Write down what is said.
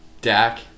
Dak